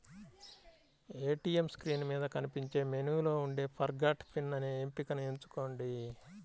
ATM screen మీద కనిపించే మెనూలో ఉండే ఫర్గాట్ పిన్ అనే ఎంపికను ఎంచుకోండి